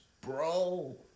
bro